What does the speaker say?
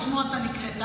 על שמו אתה נקראת.